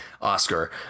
Oscar